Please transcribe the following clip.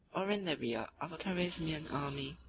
or in the rear, of a carizmian army,